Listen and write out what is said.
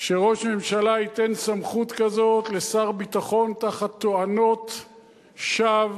שראש ממשלה ייתן סמכות כזאת לשר ביטחון תחת תואנות שווא,